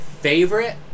Favorite